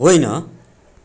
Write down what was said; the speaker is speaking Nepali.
होइन